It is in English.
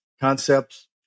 concepts